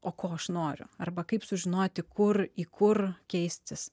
o ko aš noriu arba kaip sužinoti kur į kur keistis